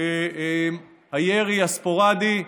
שהירי הספורדי,